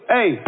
Hey